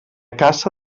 caça